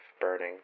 burning